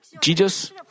Jesus